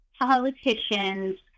politicians